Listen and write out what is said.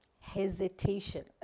hesitation